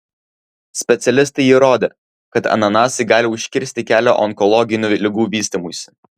specialistai įrodė kad ananasai gali užkirsti kelią onkologinių ligų vystymuisi